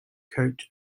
coach